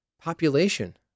population